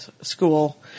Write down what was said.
school